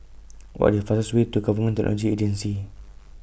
What IS fastest Way to Government Agency